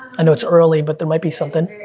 i know it's early, but there might be something.